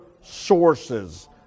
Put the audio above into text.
sources